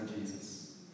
Jesus